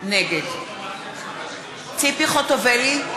נגד ציפי חוטובלי,